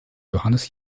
johannes